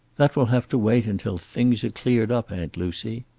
that will have to wait until things are cleared up, aunt lucy.